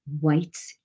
white